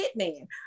hitman